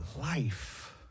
life